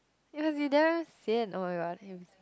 you must damn sian oh my god same